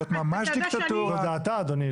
זו דעתה, אדוני.